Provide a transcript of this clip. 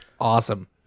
Awesome